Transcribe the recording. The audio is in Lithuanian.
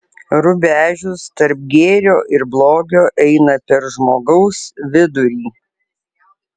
rubežius tarp gėrio ir blogio eina per žmogaus vidurį